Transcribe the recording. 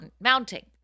mounting